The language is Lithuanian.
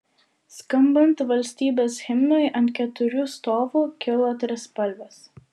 skambant valstybės himnui ant keturių stovų kilo trispalvės